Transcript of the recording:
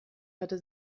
hatte